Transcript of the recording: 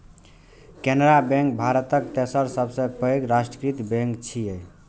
Canara bank भारतक तेसर सबसं पैघ राष्ट्रीयकृत बैंक छियै